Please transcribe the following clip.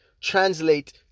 translate